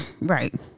Right